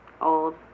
Old